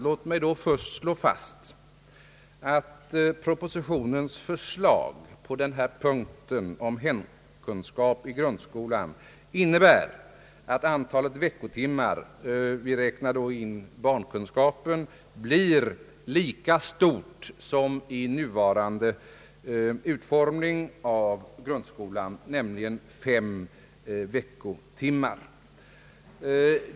Låt mig först slå fast att propositionens förslag på denna punkt innebär att antalet veckotimmar — vi räknar då in barnkunskapen — blir lika stort som med nuvarande utformning i grundskolan, nämligen fem.